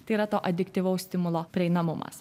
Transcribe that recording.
tai yra to objektyvaus stimulo prieinamumas